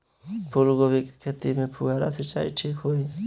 फूल गोभी के खेती में फुहारा सिंचाई ठीक होई?